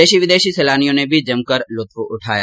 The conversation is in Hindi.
देशी विदेशी सैलानियों ने भी जमकर लुत्फ उठाया